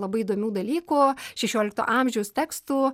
labai įdomių dalykų šešiolikto amžiaus tekstų